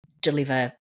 deliver